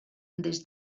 des